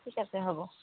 ঠিক আছে হ'ব